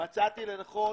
מצאתי לנכון.